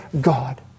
God